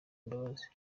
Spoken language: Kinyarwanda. imbabazi